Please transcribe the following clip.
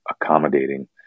accommodating